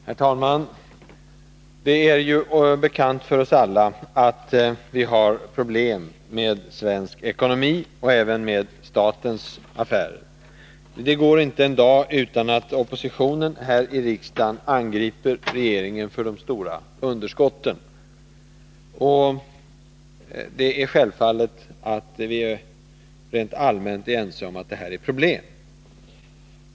Herr talman! Det är bekant för oss alla att vi har problem med svensk ekonomi och även med statens affärer. Det går inte en dag utan att Oppositionen här i riksdagen angriper regeringen för de stora underskotten, och det är självfallet att vi rent allmänt är ense om att det här är ett problem.